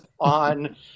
on